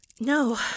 No